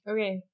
Okay